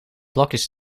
blokjes